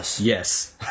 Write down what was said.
Yes